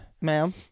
Ma'am